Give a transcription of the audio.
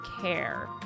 care